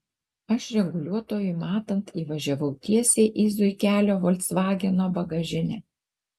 aš reguliuotojui matant įvažiavau tiesiai į zuikelio folksvageno bagažinę